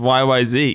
yyz